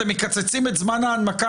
אתם מקצצים את זמן ההנמקה,